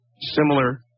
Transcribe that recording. Similar